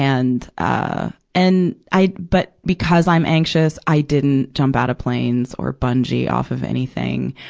and, ah, and i, but because i'm anxious, i didn't jump out of planes or bungee off of anything.